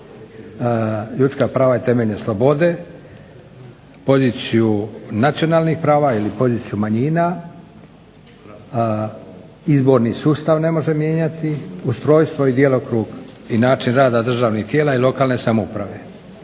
ljudska prava i temeljne slobode, poziciju nacionalnih prava ili poziciju manjina, izborni sustav ne može mijenjati, ustrojstvo i djelokrug i način rada državnih tijela i lokalne samouprave